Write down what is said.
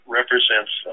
represents